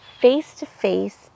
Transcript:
face-to-face